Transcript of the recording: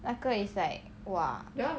那个 is like !wah!